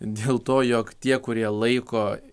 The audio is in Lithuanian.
dėl to jog tie kurie laiko